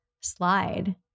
slide